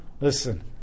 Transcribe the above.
listen